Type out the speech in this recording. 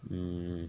mm